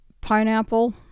Pineapple